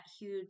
huge